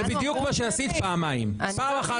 זה בדיוק מה שעשית פעמיים: פעם אחת